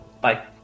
bye